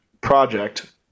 project